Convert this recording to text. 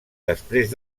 després